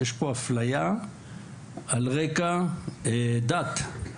יש פה אפליה על רקע דת,